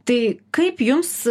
tai kaip jums